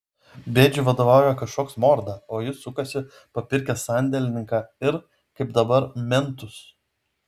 bėdžiui vadovauja kažkoks morda o jis sukasi papirkęs sandėlininką ir kaip dabar mentus